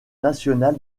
national